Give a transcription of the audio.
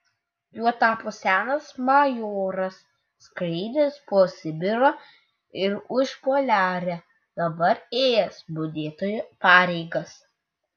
juo tapo senas majoras skraidęs po sibirą ir užpoliarę dabar ėjęs budėtojo pareigas